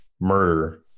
murder